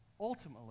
ultimately